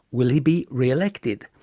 will he be re-elected?